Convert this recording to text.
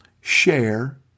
Share